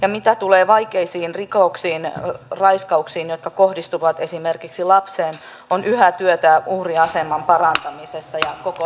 ja mitä tulee vaikeisiin rikoksiin raiskauksiin jotka kohdistuvat esimerkiksi lapseen on yhä työtä uhrin aseman parantamisessa ja koko lähipiirin tilanteessa